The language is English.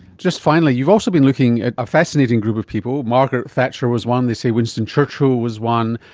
just finally, you've also been looking at a fascinating group of people, margaret thatcher was one, they say winston churchill was one,